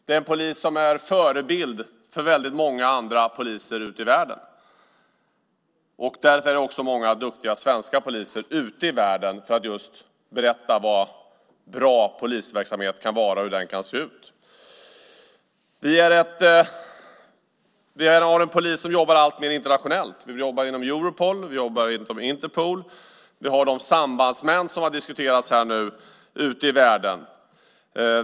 Det är en polis som är förebild för väldigt många andra poliser ute i världen, och därför är också många duktiga svenska poliser ute i världen för att just berätta om vad bra polisverksamhet kan vara och hur den kan se ut. Vi har en polis som jobbar alltmer internationellt, inom Europol och inom Interpol. Vi har sambandsmän, som har diskuterats här nu, ute i världen.